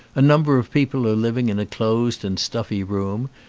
a number of people are living in a closed and stuffy room,